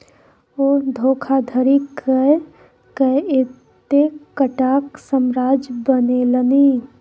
ओ धोखाधड़ी कय कए एतेकटाक साम्राज्य बनेलनि